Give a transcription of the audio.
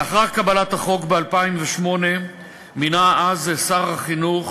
לאחר קבלת החוק ב-2008 מינה שר החינוך